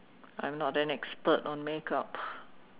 I'm not an expert on makeup